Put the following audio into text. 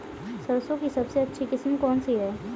सरसों की सबसे अच्छी किस्म कौन सी है?